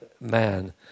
man